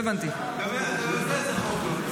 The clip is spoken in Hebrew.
שזה חוק לא טוב.